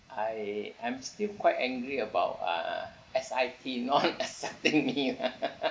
I am still quite angry about uh S_I_T not accepting me ah